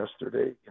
yesterday